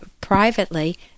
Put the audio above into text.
privately